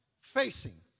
facing